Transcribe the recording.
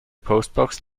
postbox